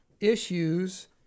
issues